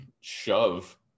shove